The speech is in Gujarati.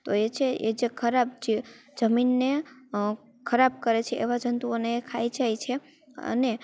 તો એ છે એ જે ખરાબ છે જમીનને ખરાબ કરે છે એવા જંતુઓને ખાઈ જાય છે અને